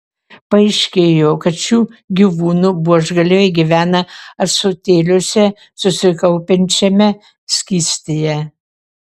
paaiškėjo kad šių gyvūnų buožgalviai gyvena ąsotėliuose susikaupiančiame skystyje